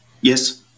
Yes